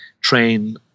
train